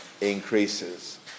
increases